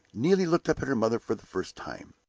neelie looked up at her mother for the first time.